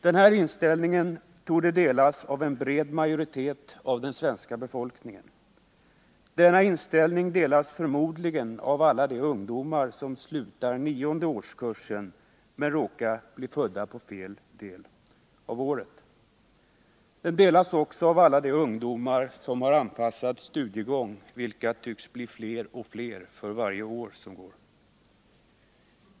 Denna inställning torde delas av en bred majoritet av den svenska befolkningen. Denna inställning delas förmodligen av alla de ungdomar som slutar nionde årskursen i skolan men som råkar ha blivit födda under fel halva av året. Den delas också av alla de ungdomar som har anpassad studiegång, vilka tycks bli fler och fler för varje år som går.